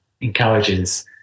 encourages